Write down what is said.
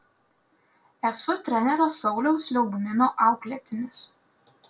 esu trenerio sauliaus liaugmino auklėtinis